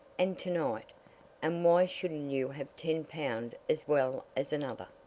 and tonight and why shouldn't you have ten pound as well as another?